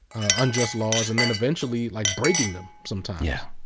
unjust laws and then eventually like breaking them sometimes. yeah.